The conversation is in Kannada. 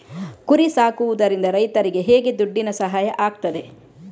ಕುರಿ ಸಾಕುವುದರಿಂದ ರೈತರಿಗೆ ಹೇಗೆ ದುಡ್ಡಿನ ಸಹಾಯ ಆಗ್ತದೆ?